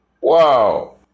Wow